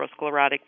atherosclerotic